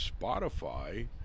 Spotify